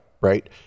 right